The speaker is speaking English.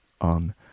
on